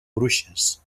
bruixes